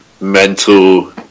mental